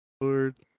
Lord